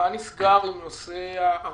מה נסגר עם נושא הארנונה,